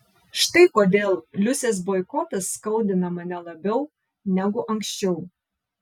štai kodėl liusės boikotas skaudina mane labiau negu anksčiau